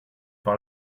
par